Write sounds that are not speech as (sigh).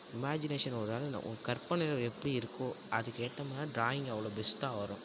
imagination ஒரு (unintelligible) உன் கற்பனை எப்படி இருக்கோ அதுக்கேற்ற மாதிரி ட்ராயிங் அவ்வளோ பெஸ்ட்டாக வரும்